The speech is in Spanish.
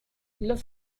los